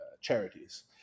Charities